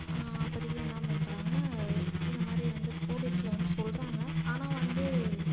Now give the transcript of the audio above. அப்போதிக்கி என்ன பண்ணுறாங்க இதைமாரி வந்து போலீஸ்ல வந்து சொல்கிறாங்க ஆனால் வந்து